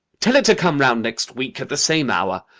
tell it to come round next week, at the same hour.